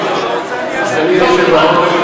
אדוני היושב-ראש,